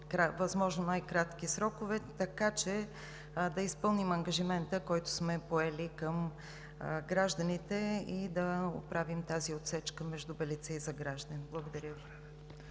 възможно най-кратки срокове, така че да изпълним ангажимента, който сме поели към гражданите, и да оправим тази отсечка между Белица и Загражден. Благодаря.